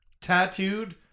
tattooed